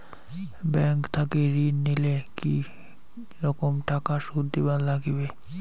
Bank থাকি ঋণ নিলে কি রকম টাকা সুদ দিবার নাগিবে?